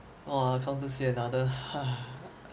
orh accountancy another